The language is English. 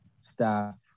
staff